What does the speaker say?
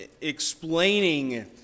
explaining